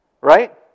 Right